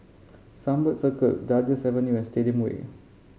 Sunbird Circle Duchess Avenue and Stadium Way